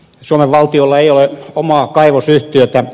suomen valtiolla ei ole omaa kaivosyhtiötä